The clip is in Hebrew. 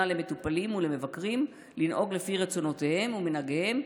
למטופלים ולמבקרים לנהוג לפי רצונותיהם ומנהגיהם,